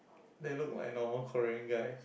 they look like a normal Korean guy